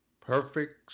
perfect